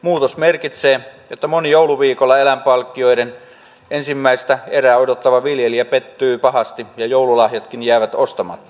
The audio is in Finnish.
muutos merkitsee että moni jouluviikolla eläinpalkkioiden ensimmäistä erää odottava viljelijä pettyy pahasti ja joululahjatkin jäävät ostamatta